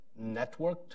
networked